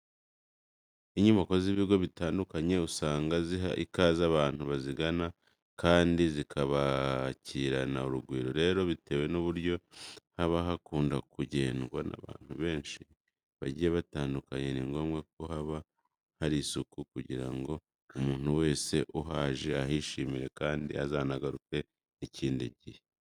Inyubako z'ibigo bitandukanye usanga ziha ikaze abantu bazigana kandi zikabakirana urugwiro. Rero bitewe n'uburyo haba hakunda kugendwa n'abantu benshi bagiye batandukanye, ni ngombwa ko haba hari isuku kugira ngo umuntu wese uhaje ahishimire kandi azanagaruke n'ikindi gihe.